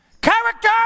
Character